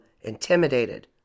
intimidated